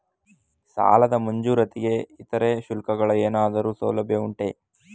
ಸಾಲದ ಮಂಜೂರಾತಿಗೆ ಇತರೆ ಶುಲ್ಕಗಳ ಏನಾದರೂ ಸೌಲಭ್ಯ ಉಂಟೆ?